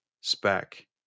spec